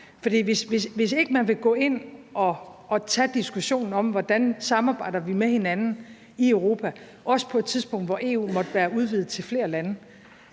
hvis ikke man vil gå ind og tage diskussionen om, hvordan vi samarbejder med hinanden i Europa, også på et tidspunkt, hvor EU måtte være udvidet til flere lande,